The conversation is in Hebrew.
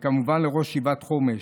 וכמובן לראש ישיבת חומש.